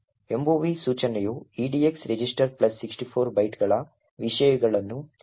Mov ಸೂಚನೆಯು edx ರಿಜಿಸ್ಟರ್64 ಬೈಟ್ಗಳ ವಿಷಯಗಳನ್ನು eax ರಿಜಿಸ್ಟರ್ಗೆ ಸರಿಸುತ್ತದೆ